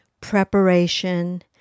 preparation